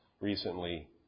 recently